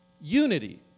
unity